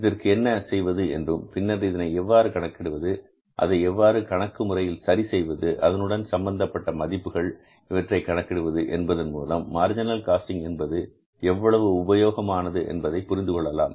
இதற்கு என்ன செய்வது என்றும் பின்னர் இதனை எவ்வாறு கணக்கிடுவது அதை எவ்வாறு கணக்கு முறையில் சரி செய்வது அதனுடன் சம்பந்தப்பட்ட மதிப்புகள் இவற்றை கணக்கிடுவது என்பதன் மூலம் மார்ஜினல் காஸ்டிங் என்பது எவ்வளவு உபயோகமானது என்பதை புரிந்து கொள்ளலாம்